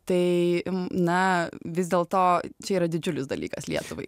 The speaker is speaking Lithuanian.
tai na vis dėl to čia yra didžiulis dalykas lietuvai